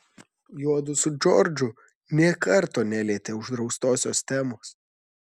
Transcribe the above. juodu su džordžu nė karto nelietė uždraustosios temos